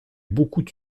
beaucoup